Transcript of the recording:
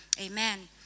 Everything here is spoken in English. Amen